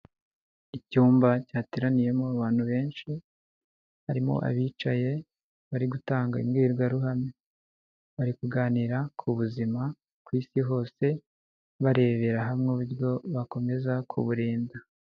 Icyumba cyateraniyemo abantu benshi, harimo abicaye bari gutanga imbwirwaruhame, bari kuganira ku buzima ku isi hose, barebera hamwe uburyo bakomeza kuburinda.